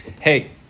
Hey